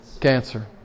Cancer